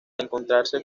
encontrarse